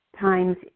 times